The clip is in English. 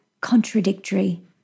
contradictory